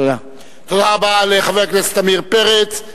תודה רבה לחבר הכנסת עמיר פרץ.